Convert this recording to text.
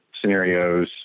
scenarios